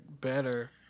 better